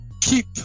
keep